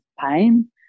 pain